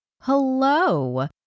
Hello